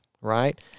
Right